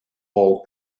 bowl